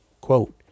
Quote